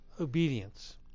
obedience